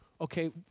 okay